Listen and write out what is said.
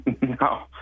No